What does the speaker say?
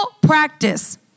practice